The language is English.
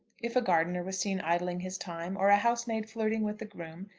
if a gardener was seen idling his time, or a housemaid flirting with the groom,